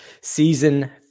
season